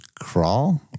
crawl